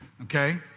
Okay